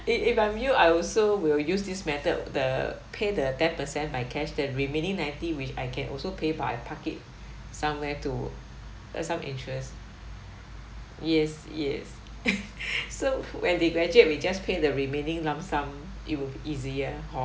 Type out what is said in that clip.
i~ if I'm you I also will use this method the pay the ten per cent by cash then remaining ninety which I can also pay by park it somewhere to earn some interest yes yes so when they graduate we just pay the remaining lump sum it will be easier hor